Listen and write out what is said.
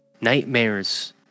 nightmares